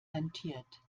rentiert